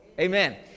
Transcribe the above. Amen